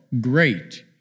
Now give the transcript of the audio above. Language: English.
great